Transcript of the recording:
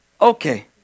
Okay